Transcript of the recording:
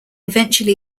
eventually